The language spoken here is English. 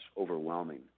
overwhelming